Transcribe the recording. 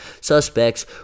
suspects